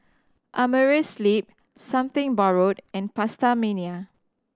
Amerisleep Something Borrowed and PastaMania